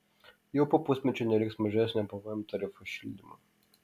jau po pusmečio neliks mažesnio pvm tarifo šildymui